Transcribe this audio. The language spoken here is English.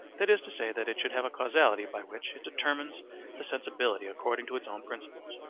that is to say, that it should have a causality by which it determines the sensibility according to its own principles.